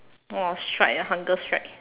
!wah! strike ah hunger strike